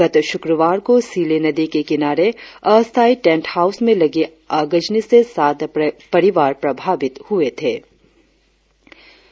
गत शुक्रवार को सिले नदी के किनारे अस्थायी टेंट हाउस में लगी आराजनी से सात परिवार प्रभावित हाप शे